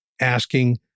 asking